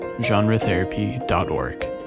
genretherapy.org